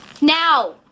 Now